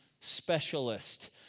specialist